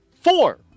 Four